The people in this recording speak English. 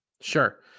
Sure